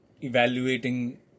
evaluating